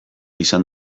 izan